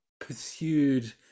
pursued